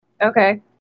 okay